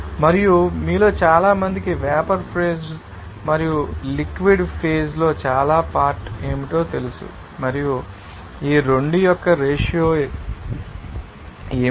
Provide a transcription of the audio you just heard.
మరియు మీలో చాలా మందికి వేపర్ ఫేజ్ లో మరియు లిక్విడ్ ఫేజ్ లో చాలా పార్ట్ ఏమిటో తెలుసు మరియు ఈ 2 యొక్క రేషియో ఏమిటి